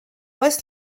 oes